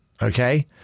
Okay